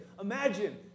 imagine